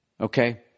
Okay